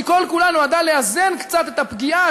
שהיא כל-כולה נועדה לאזן קצת את הפגיעה,